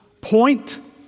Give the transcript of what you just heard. point